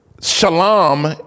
shalom